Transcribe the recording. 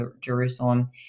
Jerusalem